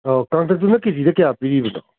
ꯑꯣ ꯀꯡꯇꯛꯇꯨꯅ ꯀꯦꯖꯤꯗ ꯀꯌꯥ ꯄꯤꯔꯤꯕꯅꯣ